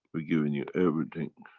we've given you everything